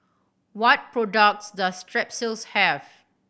what products does Strepsils have